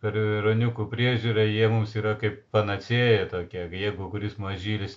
per ruoniukų priežiūrą jie mums yra kaip panacėja tokia jeigu kuris mažylis